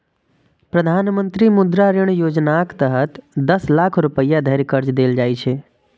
प्रधानमंत्री मुद्रा ऋण योजनाक तहत दस लाख रुपैया धरि कर्ज देल जाइ छै